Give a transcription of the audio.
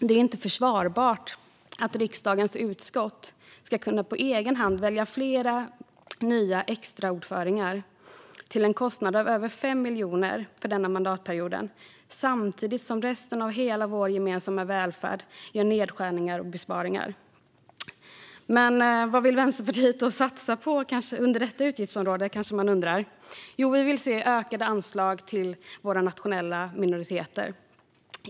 Det är inte försvarbart att riksdagens utskott på egen hand ska kunna välja flera nya extra ordförande till en kostnad av över 5 miljoner för denna mandatperiod samtidigt som resten av hela vår gemensamma välfärd gör nedskärningar och besparingar. Vad vill Vänsterpartiet då satsa på under detta utgiftsområde, kanske någon undrar. Vi vill se ökade anslag till våra nationella minoriteter.